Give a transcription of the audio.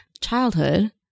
childhood